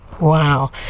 Wow